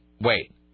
Wait